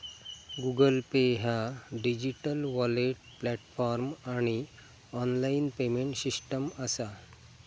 Google pay ह्या digital wallet platform आणि online payment system असा